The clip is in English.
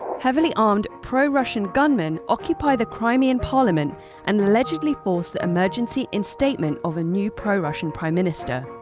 heavily armed pro-russian gunmen occupy the crimean parliament and allegedly force the emergency instatement of a new pro-russian prime minister.